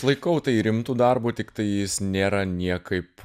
laikau tai rimtu darbu tiktai jis nėra niekaip